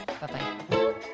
Bye-bye